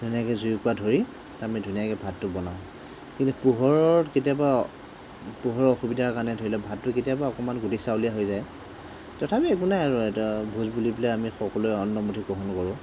তেনেকৈ জুইকুৰা ধৰি আমি ধুনীয়াকৈ ভাতটো বনাওঁ কিন্তু পোহৰত কেতিয়াবা পোহৰৰ অসুবিধাৰ কাৰণে ধৰি লওঁক ভাতটো কেতিয়াবা অকণমান বেছি চাউলীয়া হৈ যায় তথাপি একো নাই আৰু এইটো আৰু ভোজ বুলি পেলাই আমি সকলোৱে অন্নমুঠি গ্ৰহণ কৰোঁ